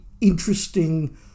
interesting